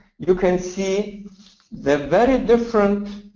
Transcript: you can see the very different